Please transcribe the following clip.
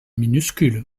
minuscule